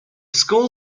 school